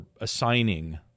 assigning